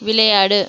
விளையாடு